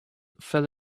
fell